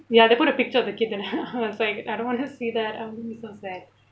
ya they put a picture of the kid then I was like I don't want to see that um it's so sad